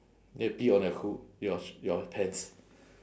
then pee on your c~ your sh~ your pants